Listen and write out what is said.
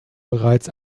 bereits